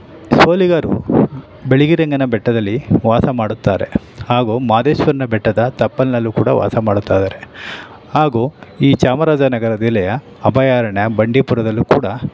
ಸೋಲಿಗರು ಬಿಳಿಗಿರಿರಂಗನ ಬೆಟ್ಟದಲ್ಲಿ ವಾಸ ಮಾಡುತ್ತಾರೆ ಹಾಗೂ ಮಹದೇಶ್ವರನ ಬೆಟ್ಟದ ತಪ್ಪಲಿನಲ್ಲೂ ಕೂಡ ವಾಸ ಮಾಡುತ್ತಾಯಿದ್ದಾರೆ ಹಾಗೂ ಈ ಚಾಮರಾಜನಗರ ಜಿಲ್ಲೆಯ ಅಭಯಾರಣ್ಯ ಬಂಡಿಪುರದಲ್ಲೂ ಕೂಡ